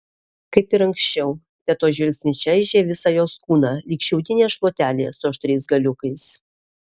kaip ir anksčiau tetos žvilgsnis čaižė visą jos kūną lyg šiaudinė šluotelė su aštriais galiukais